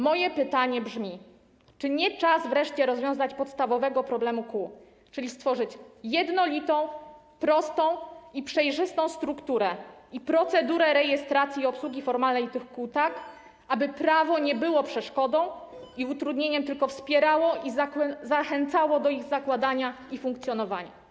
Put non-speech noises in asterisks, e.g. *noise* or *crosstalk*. Moje pytanie brzmi: Czy nie czas wreszcie rozwiązać podstawowy problem kół, czyli stworzyć jednolitą, prostą i przejrzystą strukturę i procedurę rejestracji *noise* i obsługi formalnej tych kół, aby prawo nie było przeszkodą i utrudnieniem, tylko wspierało i zachęcało do ich zakładania i funkcjonowania?